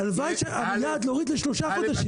היעד הוא להוריד לשלושה חודשים.